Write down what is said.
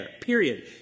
period